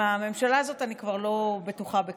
עם הממשלה הזאת אני כבר לא בטוחה בכלום.